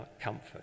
comfort